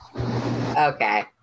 okay